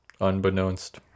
unbeknownst